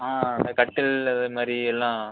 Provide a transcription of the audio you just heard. ஆ கட்டில் அது மாதிரி எல்லாம்